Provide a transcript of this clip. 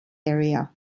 area